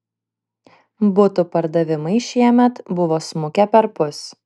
butų pardavimai šiemet buvo smukę perpus